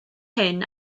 hyn